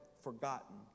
forgotten